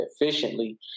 efficiently